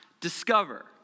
discover